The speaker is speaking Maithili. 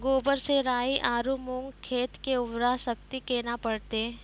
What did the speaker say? गोबर से राई आरु मूंग खेत के उर्वरा शक्ति केना बढते?